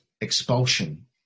expulsion